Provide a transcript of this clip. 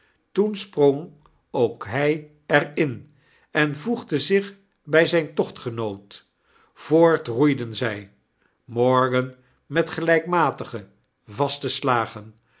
toen sprong ook hij er in en voegde zich bij zyn tochtgenoot voort roeiden zjj morgan met gelijkmatige vaste slagen